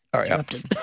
interrupted